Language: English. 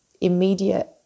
immediate